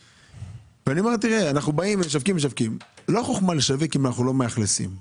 אנחנו באים ומשווקים אבל לא חכמה לשווק אם אנחנו לא מאכלסים.